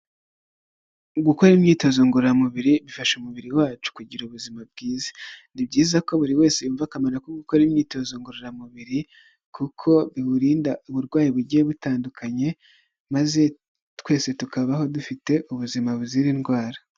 Gukora imyitozo ngororamubiri bifasha umubiri wacu kugira ubuzima bwiza. Ni byiza ko buri wese yumva akamaro ko gukora imyitozo ngororamubiri, kuko biwurinda uburwayi bugiye butandukanye, maze twese tukabaho dufite ubuzima buzira indwara.